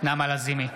נעמה לזימי,